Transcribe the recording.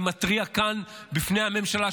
אני מתריע כאן בפני הממשלה,